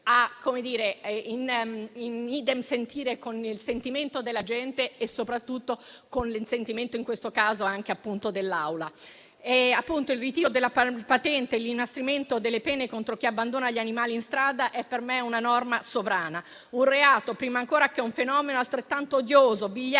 sentire* con il sentimento della gente e soprattutto con il sentimento in questo caso dell'Assemblea. Il ritiro della patente e l'inasprimento delle pene contro chi abbandona gli animali in strada è per me una norma sovrana; un reato, prima ancora che un fenomeno, altrettanto odioso, vigliacco,